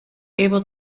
able